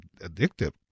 addictive